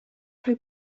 rhoi